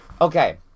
Okay